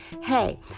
Hey